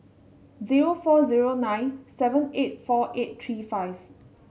zero four zero nine seven eight four eight three five